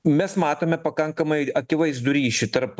mes matome pakankamai akivaizdų ryšį tarp